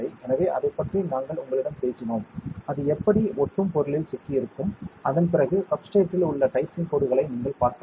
எனவே அதைப் பற்றி நாங்கள் உங்களிடம் பேசினோம் அது எப்படி ஒட்டும் பொருளில் சிக்கியிருக்கும் அதன் பிறகு சப்ஸ்ட்ரேட்டில் உள்ள டைசிங் கோடுகளை நீங்கள் பார்க்கலாம்